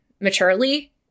maturely